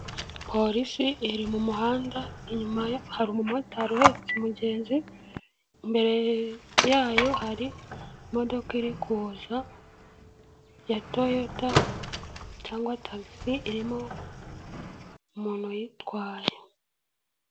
Polisi iri mu muhanda, inyuma hari umumotari uhetse umugenzi, imbere yayo hari imodoka iri kuza ya toyota cyangwa tagisi irimo umuntu uyitwaye.